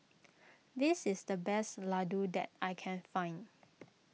this is the best Ladoo that I can find